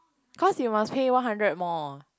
cause you must pay one hundred more